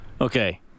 Okay